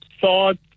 thought